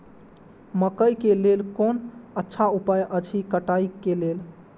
मकैय के लेल कोन अच्छा उपाय अछि कटाई के लेल?